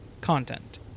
Content